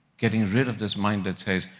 getting rid of this mind that says,